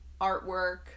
artwork